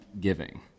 giving